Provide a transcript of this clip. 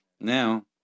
Now